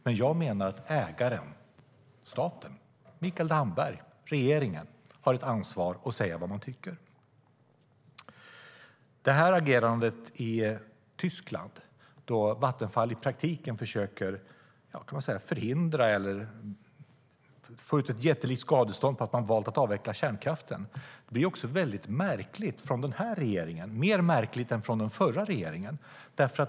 Men jag menar att ägaren - staten, Mikael Damberg, regeringen - har ett ansvar för att säga vad man tycker. Agerandet i Tyskland, där Vattenfall i praktiken försöker förhindra eller få ut ett jättelikt skadestånd därför att man har valt att avveckla kärnkraften är märkligt från den här regeringens utgångspunkt - mer märkligt än från den förra regeringen.